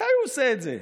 מתי הוא עושה את זה,